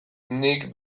nik